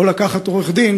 או לקחת עורך-דין,